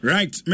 Right